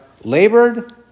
labored